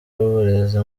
w’uburezi